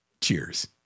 Cheers